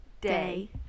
day